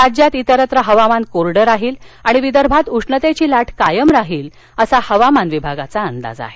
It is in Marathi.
राज्यात इतरत्र हवामान कोरडं राहील आणि विदर्भात उष्णतेची लाट कायम राहील असा हवामान विभागाचा अंदाज आहे